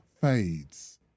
fades